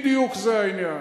בדיוק זה העניין.